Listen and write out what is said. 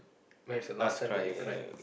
when is the last time that you cried